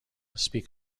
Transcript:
speak